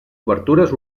obertures